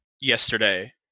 yesterday